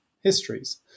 histories